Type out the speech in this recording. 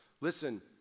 Listen